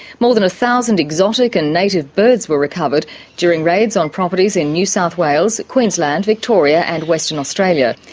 more than a thousand exotic and native birds were recovered during raids on properties in new south wales, queensland, victoria and western australia.